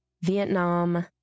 Vietnam